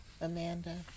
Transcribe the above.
Amanda